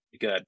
good